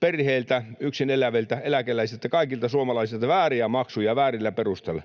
perheiltä, yksin eläviltä, eläkeläisiltä — kaikilta suomalaisilta — vääriä maksuja väärillä perusteilla.